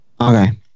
Okay